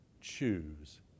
choose